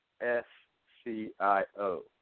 S-C-I-O